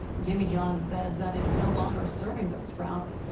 jimmy john says that it's no longer serving those sprouts,